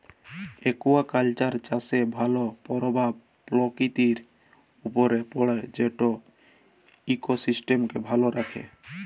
aquaculture চাষের ভালো পরভাব পরকিতির উপরে পড়ে যেট ইকসিস্টেমকে ভালো রাখ্যে